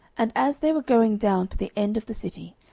and as they were going down to the end of the city,